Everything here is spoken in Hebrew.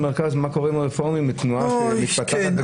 מה קורה שם עם הרפורמים בתנועה שמתפתחת וגדלה --- אוי,